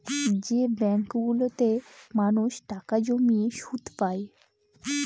যে ব্যাঙ্কগুলোতে মানুষ টাকা জমিয়ে সুদ পায়